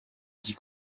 dix